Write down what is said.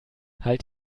halt